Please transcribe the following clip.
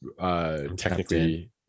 Technically